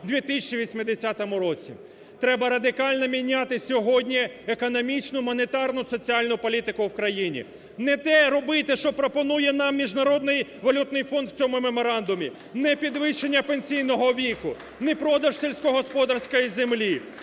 в 2080 році. Треба радикально міняти сьогодні економічну, монетарну, соціальну політику в Україні. Не те робити, що пропонує нам Міжнародний валютний фонд в цьому меморандумі: не підвищення пенсійного віку, не продаж сільськогосподарської землі,